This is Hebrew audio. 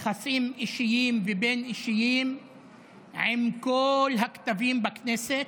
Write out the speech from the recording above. יחסים אישיים ובין-אישיים עם כל הקטבים בכנסת,